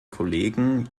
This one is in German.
kollegen